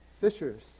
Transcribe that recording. fishers